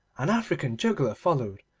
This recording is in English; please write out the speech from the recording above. an african juggler followed,